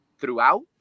throughout